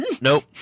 nope